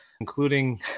including